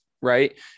right